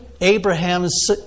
Abraham's